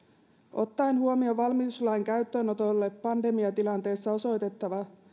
ottaen huomioon valmiuslain käyttöönotolle pandemiatilanteessa osoitettavat